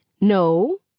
No